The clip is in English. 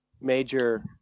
major